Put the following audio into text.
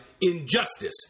injustice